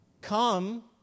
come